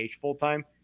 full-time